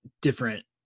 different